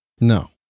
No